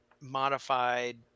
modified